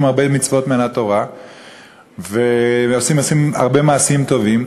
הרבה מצוות מן התורה ועושים הרבה מעשים טובים,